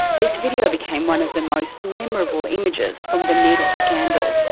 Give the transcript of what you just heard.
this video became one of the most memorable images from the needle scandal.